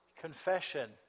confession